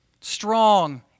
Strong